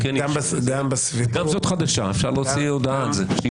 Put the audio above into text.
גם זאת חדשה, אפשר להוציא הודעה על זה.